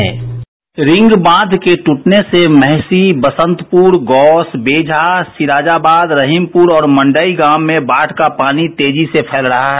sound bite ring बांध के ट्रटने से मेहषी वसंतपुर गौस बेझा सिराजाबाद रहिमपुर और मंडई गांव में बाढ़ का पानी तेजी से फैल रहा है